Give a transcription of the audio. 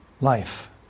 life